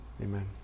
amen